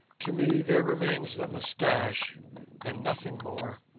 to me there remains the moustache and nothing more.